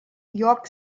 york